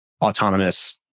autonomous